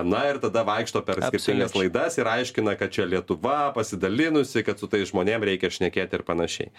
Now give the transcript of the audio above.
na ir tada vaikšto per skirtingas laidas ir aiškina kad čia lietuva pasidalinusi kad su tais žmonėm reikia šnekėt ir panašiai